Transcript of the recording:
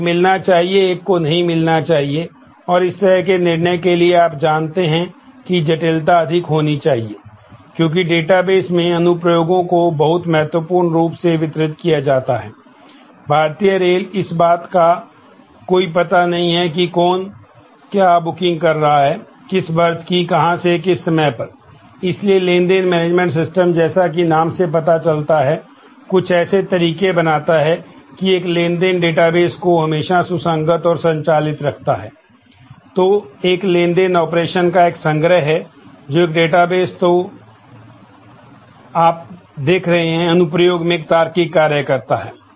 तो एक मिलना चाहिए एक को नहीं मिलना चाहिए और इस तरह के निर्णय के लिए आप जानते हैं कि जटिलता अधिक होनी चाहिए क्योंकि डेटाबेस में एक तार्किक कार्य करता है